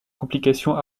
complications